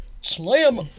Slam